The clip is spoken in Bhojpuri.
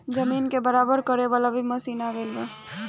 जमीन के बराबर करे वाला भी मशीन आ गएल बा